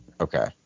Okay